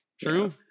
True